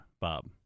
Bob